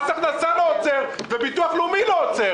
מס הכנסה לא עוצר וביטוח לאומי לא עוצר.